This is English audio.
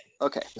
Okay